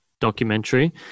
documentary